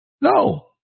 No